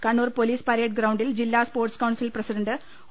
Kannur police parade ഗ്രൌണ്ടിൽ ജില്ലാസ്പോർട്സ് council president O